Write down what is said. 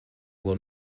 will